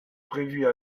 prévues